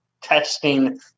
testing